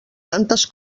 tantes